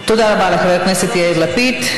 תודה רבה לחבר הכנסת יאיר לפיד.